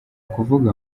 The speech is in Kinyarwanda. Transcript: kuvuga